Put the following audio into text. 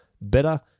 better